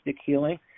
healing